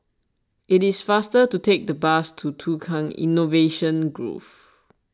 it is faster to take the bus to Tukang Innovation Grove